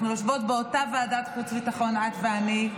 אנחנו יושבות באותה ועדת חוץ וביטחון, את ואני,